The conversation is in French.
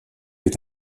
est